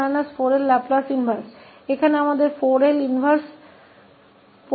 यहाँ हमारे पास 4 L प्रतिलोम 2𝑠s24 है